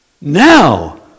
Now